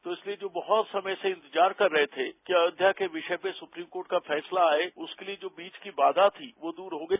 तो इसलिए जो बहत समय से इंतजार कर रहे थे कि अयोध्या के विषय पर सुप्रीम कोर्ट का फैसला आए उसके लिए जो बीच की बाघा थी वो दूर हो गई